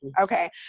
Okay